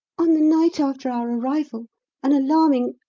on the night after our arrival an alarming,